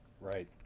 Right